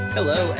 Hello